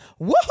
Woohoo